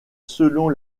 selon